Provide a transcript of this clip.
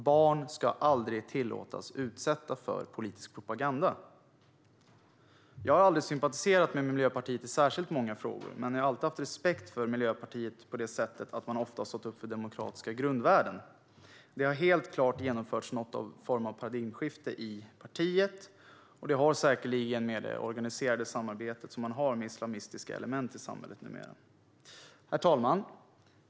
Det ska aldrig tillåtas att barn utsätts för politisk propaganda. Jag har inte sympatiserat med Miljöpartiet i särskilt många frågor, men jag har alltid haft respekt för Miljöpartiet på det sättet att man ofta har stått upp för demokratiska grundvärden. Det har helt klart genomförts någon form av paradigmskifte i partiet, och det har säkerligen att göra med det organiserade samarbete som man numera har med islamistiska element i samhället. Herr talman!